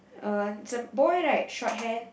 uh it's a boy right short hair